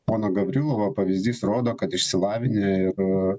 pono gavrilovo pavyzdys rodo kad išsilavinę ir